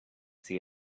see